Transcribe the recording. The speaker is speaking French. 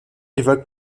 évoque